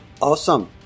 awesome